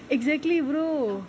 exactly brother